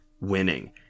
winning